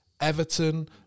Everton